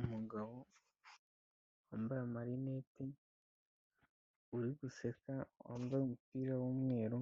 Umugabo wambaye amarinete, uri guseka, wambaye umupira w'umweru,